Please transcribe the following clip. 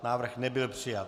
Návrh nebyl přijat.